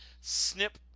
snip